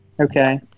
Okay